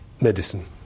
medicine